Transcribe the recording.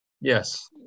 Yes